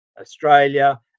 Australia